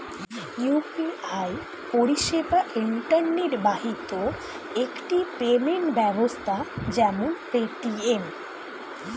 UPI পরিষেবা internet বাহিত একটি পেমেন্ট ব্যবস্থা যেমন পেটিএম